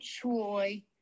Choi